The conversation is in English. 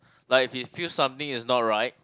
like if he feels something is not right